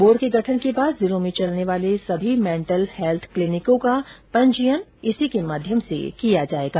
board के गठन के बाद जिलों में चलने वाले सभी मेंटल हैल्थ क्लिनिकों का पंजीयन इसी के माध्यम से किया जायेगा